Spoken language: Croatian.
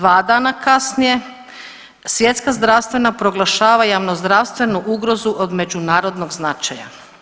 2 dana kasnije svjetska zdravstvena proglašava javnozdravstvenu ugrozu od međunarodnog značaja.